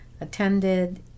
attended